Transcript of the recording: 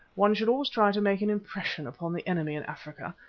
one should always try to make an impression upon the enemy in africa,